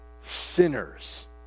sinners